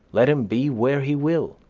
let him be where he will.